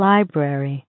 Library